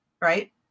right